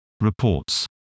reports